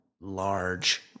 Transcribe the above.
large